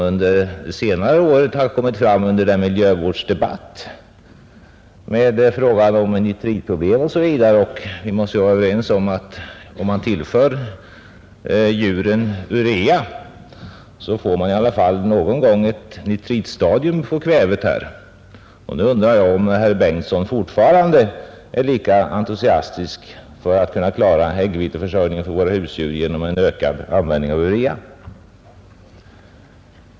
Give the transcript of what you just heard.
Under senaste året har det förts en miljövårdsdebatt om nitritproblem, och vi måste väl vara överens om att tillför man djuren urea, så måste kvävet någon gång komma in i ett nitritstadium. Därför undrar jag om statsrådet Bengtsson fortfarande är lika entusiastisk för tanken att klara äggviteförsörjningen för våra husdjur genom en ökad användning av urea.